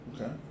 okay